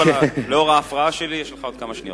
אבל לאור ההפרעה שלי יש לך עוד כמה שניות.